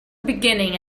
beginning